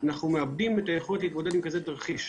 אנחנו מאבדים את היכולת להתמודד עם תרחיש כזה.